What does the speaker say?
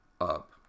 up